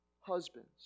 husbands